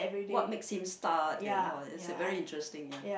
what makes him start and how it's very interesting ya